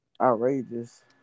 outrageous